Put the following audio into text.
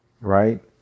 Right